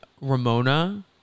Ramona